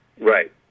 right